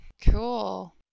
cool